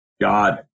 God